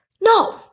No